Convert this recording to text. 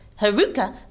Haruka